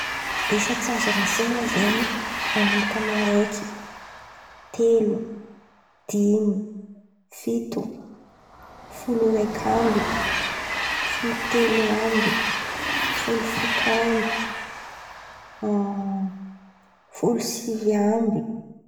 Isa tsy azo rasain̈a zen̈y araiky, telo, dimy, fito ,sivy, folo raiky amby, folo telo amby, folo dimy amby, folo fito amby, folo sivy amby.